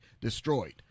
destroyed